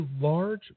large